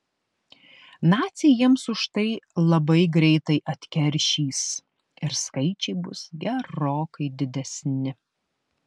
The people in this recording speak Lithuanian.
naciai jiems už tai labai greitai atkeršys ir skaičiai bus gerokai didesni